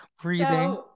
breathing